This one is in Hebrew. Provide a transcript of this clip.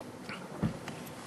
בשבילי.